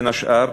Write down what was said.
בין השאר,